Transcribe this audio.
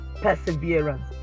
Perseverance